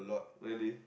really